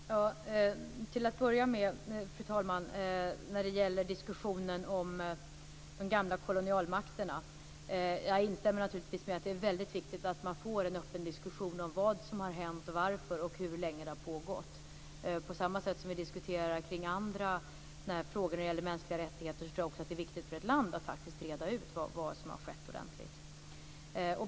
Fru talman! Till att börja med tar jag diskussionen om de gamla kolonialmakterna. Jag instämmer naturligtvis i att det är viktigt att det blir en öppen diskussion om vad som har hänt, varför det har hänt och hur länge det har pågått. På samma sätt som vi diskuterar andra frågor om mänskliga rättigheter tror jag också att det är viktigt för ett land att ordentligt reda ut vad som har skett.